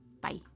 Bye